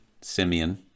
Simeon